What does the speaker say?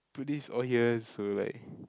they put this all here so like